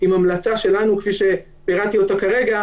עם המלצה שלנו כפי שפירטתי אותה כרגע